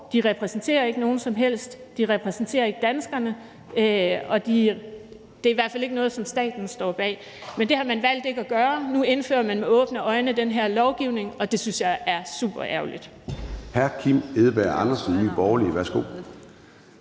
de repræsenterer ikke nogen som helst; de repræsenterer ikke danskerne, og det er i hvert fald ikke noget, som staten står bag. Men det har man valgt ikke at gøre. Nu indfører man med åbne øjne den her lovgivning, og det synes jeg er superærgerligt.